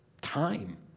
time